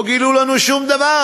לא גילו לנו שום דבר,